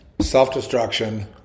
Self-destruction